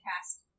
cast